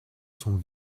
son